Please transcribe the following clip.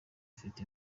afite